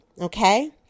Okay